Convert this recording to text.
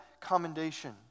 commendation